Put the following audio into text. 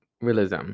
realism